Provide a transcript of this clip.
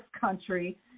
country